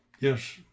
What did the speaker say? Yes